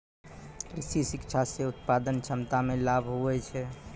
कृषि शिक्षा से उत्पादन क्षमता मे लाभ हुवै छै